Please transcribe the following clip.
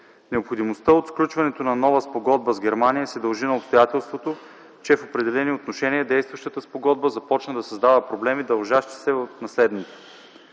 Необходимостта от сключване на нова спогодба с Германия се дължи на обстоятелството, че в определени отношения действащата спогодба започна да създава проблеми, дължащи се на следното: